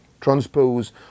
transpose